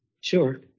Sure